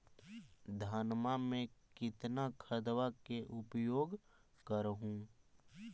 धानमा मे कितना खदबा के उपयोग कर हू?